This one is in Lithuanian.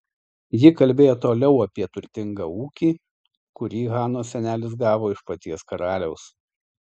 ji kalbėjo toliau apie turtingą ūkį kurį hanos senelis gavo iš paties karaliaus